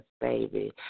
baby